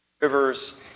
rivers